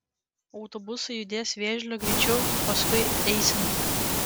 autobusai judės vėžlio greičiu paskui eiseną